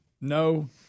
No